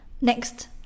Next